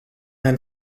then